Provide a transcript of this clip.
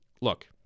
Look